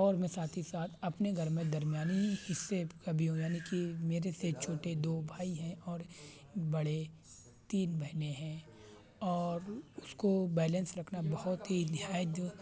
اور میں ساتھ ہی ساتھ اپنے گھر میں درمیانی حصے کا بھی یعنی کہ میرے سے چھوٹے دو بھائی ہیں اور بڑی تین بہنیں ہیں اور اس کو بیلنس رکھنا بہت ہی نہایت